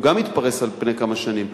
גם הוא יתפרס על פני כמה שנים,